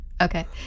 Okay